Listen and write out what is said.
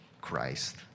Christ